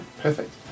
perfect